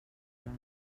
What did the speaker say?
les